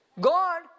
God